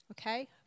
Okay